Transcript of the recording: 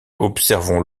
observons